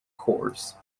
cours